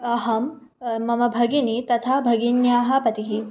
अहं मम भगिनी तथा भगिन्यः पतिः